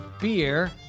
beer